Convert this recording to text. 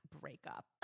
breakup